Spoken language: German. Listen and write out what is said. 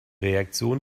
reaktion